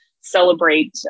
celebrate